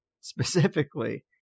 specifically